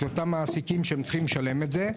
את אותם מעסיקים שצריכים לשלם את זה.